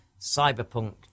cyberpunk